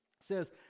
says